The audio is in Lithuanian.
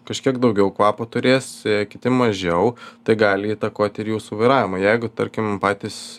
kažkiek daugiau kvapo turės kiti mažiau tai gali įtakoti ir jūsų vairavimą jeigu tarkim patys